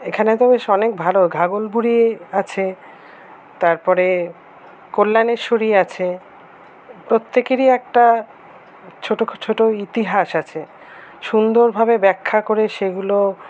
এখানে তো বেশ অনেক ভালো ঘাঘর বুড়ি আছে তারপরে কল্যাণেশ্বরী আছে প্রত্যেকেরই একটা ছোটো ছোটো ইতিহাস আছে সুন্দরভাবে ব্যাখ্যা করে সেগুলো